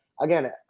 Again